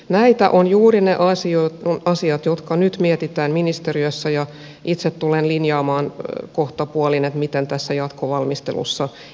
näitä ovat juuri ne asiat joita nyt mietitään ministeriössä ja itse tulen linjaamaan kohtapuoliin miten tässä jatkovalmistelussa edetään